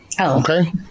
Okay